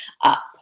up